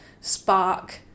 spark